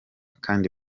kandi